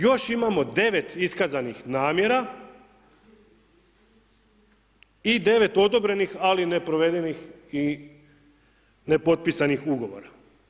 Još imamo 9 iskazanih namjera i 9 odobrenih, ali neprovedenih i nepotpisanih ugovora.